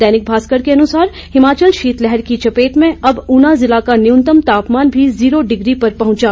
दैनिक भास्कर के अनुसार हिमाचल शीतलहर की चपेट में अब ऊना जिला का न्यूनतम तापमान भी जीरो डिग्री पर पहुंचा